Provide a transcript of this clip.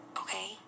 Okay